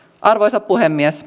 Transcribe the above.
arvoisa puhemies